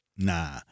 Nah